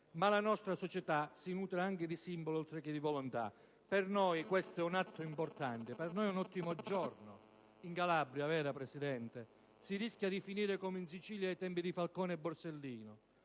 ma la nostra società si nutre anche di simboli, oltre che di volontà. Per noi questo è un atto importante. Per noi questo è un ottimo giorno. In Calabria, signora Presidente, si rischia di finire come in Sicilia ai tempi di Falcone e Borsellino: